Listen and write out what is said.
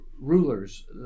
rulers